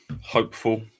hopeful